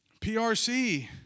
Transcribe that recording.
PRC